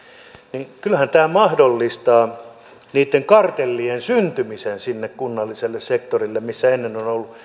niin kyllähän tämä mahdollistaa niitten kartellien syntymisen sinne kunnalliselle sektorille missä ennen